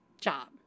job